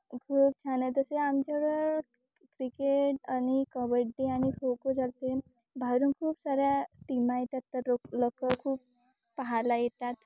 खूप छान आहे तसे आमच्याकडं क्रिकेट आणि कबड्डी आणि खो खो चालते बाहेरून खूप साऱ्या टीमा येतात तर लोक लोक खूप पाहायला येतात